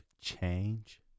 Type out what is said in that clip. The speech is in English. change